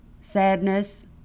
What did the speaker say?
sadness